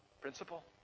principal